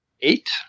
Eight